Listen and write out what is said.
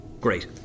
Great